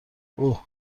اوه